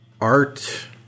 art